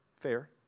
fair